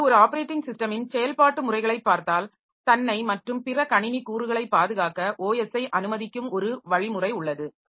இப்போது ஒரு ஆப்பரேட்டிங் சிஸ்டமின் செயல்பாட்டு முறைகளைப் பார்த்தால் தன்னை மற்றும் பிற கணினி கூறுகளை பாதுகாக்க OS ஐ அனுமதிக்கும் ஒரு வழிமுறை உள்ளது